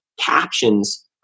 captions